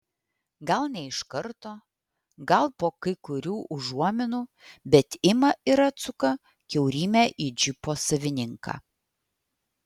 gal ne iš karto gal po kai kurių užuominų bet ima ir atsuka kiaurymę į džipo savininką